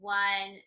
one